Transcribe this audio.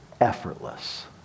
effortless